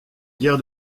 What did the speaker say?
guerres